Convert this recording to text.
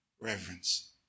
reverence